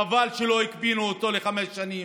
חבל שלא הקפיאו אותו לחמש שנים,